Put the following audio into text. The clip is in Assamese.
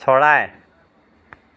চৰাই